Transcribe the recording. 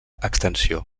extensió